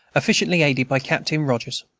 efficiently aided by captain rogers.